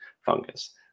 fungus